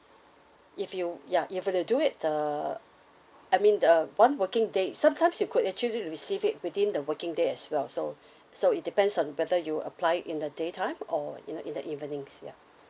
if you ya if you do it the I mean the one working days sometimes you could actually receive it within the working day as well so so it depends on whether you apply it in the daytime or you know in the evenings ya